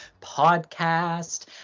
podcast